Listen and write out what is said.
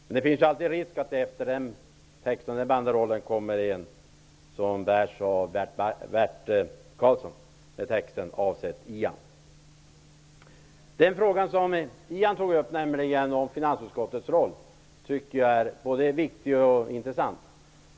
Men det finns ju alltid en risk att det efter en banderoll med en sådan text kommer en banderoll som bärs av Wachtmeister tog upp, tycker jag är både viktig och intressant.